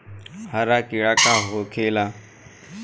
हरा कीड़ा का होखे ला?